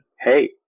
Hey